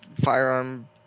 firearm